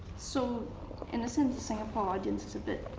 so in the sense, singapore audience is a bit,